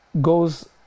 goes